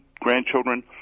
grandchildren